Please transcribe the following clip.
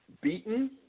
beaten